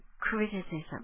Criticism